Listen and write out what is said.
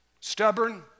Stubborn